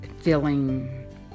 feeling